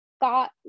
got